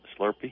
Slurpee